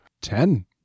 Ten